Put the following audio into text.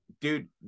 dude